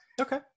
Okay